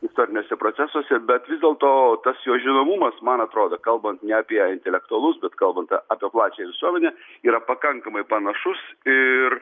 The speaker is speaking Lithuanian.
istoriniuose procesuose bet vis dėlto tas jo žinomumas man atrodo kalbant ne apie intelektualus bet kalbant apie plačiąją visuomenę yra pakankamai panašus ir